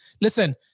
listen